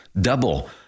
Double